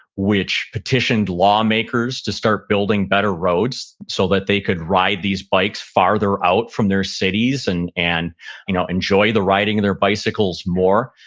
which petitioned lawmakers to start building better roads so that they could ride these bikes farther out from their cities and and you know enjoy the riding of their bicycles more.